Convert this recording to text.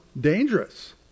dangerous